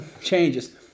changes